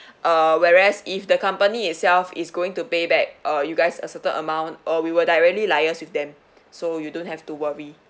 uh whereas if the company itself is going to pay back uh you guys a certain amount uh we will directly liaise with them so you don't have to worry